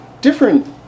different